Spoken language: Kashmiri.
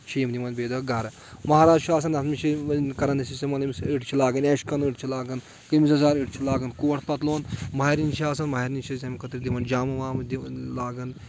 چھِ یِم نِوان بیٚیہِ دۄہ گرٕ مہرازٕ چھُ آسان تَتھ منٛز چھِ کران أسۍ استعمال أمِس أڑۍ چھِ لاگان اچکن أڑۍ چھِ لاگان کٔمِس یَزار أڑۍ چھِ لاگان کوٹھ پَتلون مَہرِنہِ چھِ آسان مہرِنہِ چھِ أسۍ تمہِ خٲطرٕ دِوان جامہٕ وامہٕ دِوان لاگان